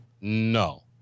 No